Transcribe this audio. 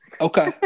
Okay